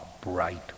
bright